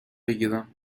بگیرم